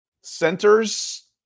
Centers